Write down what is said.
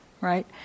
Right